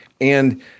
and-